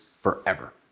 forever